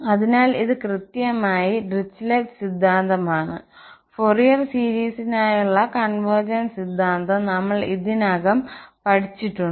അതിനാൽ ഇത് കൃത്യമായി Dirichlet's സിദ്ധാന്തമാണ് ഫൊറിയർ സീരീസിനായുള്ള കോൺവെർഗെൻസ് സിദ്ധാന്തം നമ്മൾ ഇതിനകം പഠിച്ചിട്ടുണ്ട്